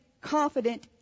Confident